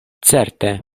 certe